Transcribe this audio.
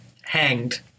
Hanged